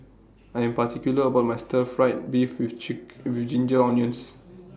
I Am particular about My Stir Fried Beef with chick with Ginger Onions